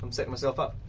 um setting myself up.